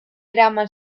eraman